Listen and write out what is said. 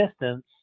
distance